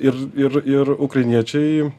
ir ir ir ukrainiečiai